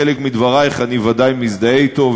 חלק מדברייך אני ודאי מזדהה אתו,